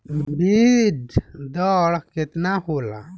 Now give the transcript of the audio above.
बीज दर केतना होला?